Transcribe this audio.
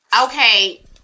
okay